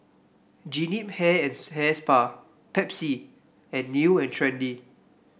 Jean Yip Hair and Hair Spa Pepsi and New And Trendy